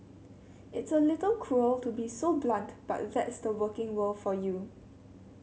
it's a little cruel to be so blunt but that's the working world for you